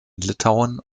litauen